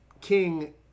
King